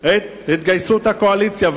את התגייסות הקואליציה,